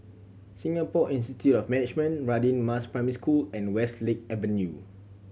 Singapore Institute of Management Radin Mas Primary School and Westlake Avenue